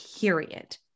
period